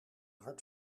hart